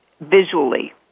visually